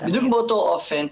בדיוק באותו אופן,